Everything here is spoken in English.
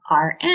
RN